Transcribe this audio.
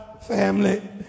family